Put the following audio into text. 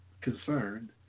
concerned